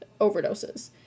overdoses